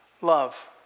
love